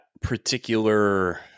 particular